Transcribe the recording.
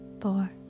four